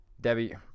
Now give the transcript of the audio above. Debbie